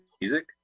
music